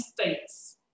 states